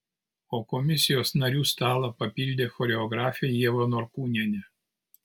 o komisijos narių stalą papildė choreografė ieva norkūnienė